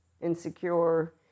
insecure